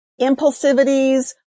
impulsivities